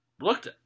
looked